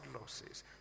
losses